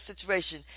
situation